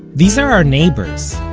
these are our neighbors.